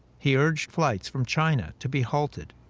he urged flights from china to be halted.